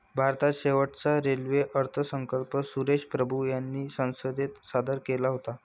भारताचा शेवटचा रेल्वे अर्थसंकल्प सुरेश प्रभू यांनी संसदेत सादर केला होता